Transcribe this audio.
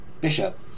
Bishop